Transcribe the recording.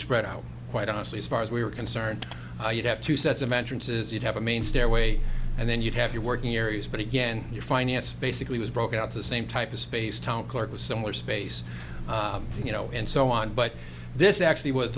spread out quite honestly as far as we were concerned you'd have two sets of entrances you'd have a main stairway and then you'd have your working areas but again your finances basically was broke out the same type of space town clerk was somewhere space you know and so on but this actually was